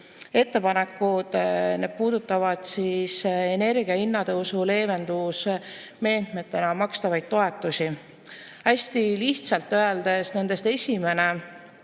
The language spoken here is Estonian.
ettepanekud, mis puudutavad energiahinna tõusu leevenduse meetmetena makstavaid toetusi. Hästi lihtsalt öeldes näeb esimene